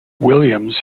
williams